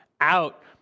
out